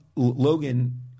Logan